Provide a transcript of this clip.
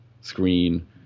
screen